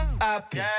Happy